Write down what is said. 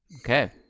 Okay